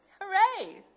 Hooray